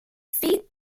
feet